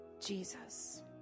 Jesus